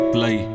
Play